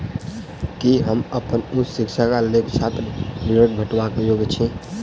की हम अप्पन उच्च शिक्षाक लेल छात्र ऋणक भेटबाक योग्य छी?